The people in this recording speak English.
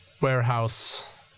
warehouse